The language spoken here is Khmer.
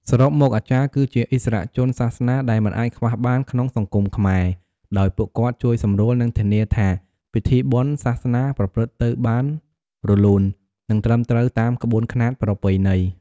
សរុបមក អាចារ្យគឺជាឥស្សរជនសាសនាដែលមិនអាចខ្វះបានក្នុងសង្គមខ្មែរ ដោយពួកគាត់ជួយសម្រួល និងធានាថាពិធីបុណ្យសាសនាប្រព្រឹត្តទៅបានរលូន និងត្រឹមត្រូវតាមក្បួនខ្នាតប្រពៃណី។